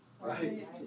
Right